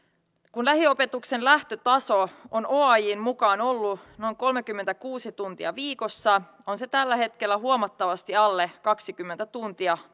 kun lähiopetuksen lähtötaso on oajn mukaan ollut noin kolmekymmentäkuusi tuntia viikossa on se tällä hetkellä huomattavasti alle kaksikymmentä tuntia